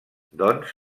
doncs